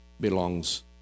belongs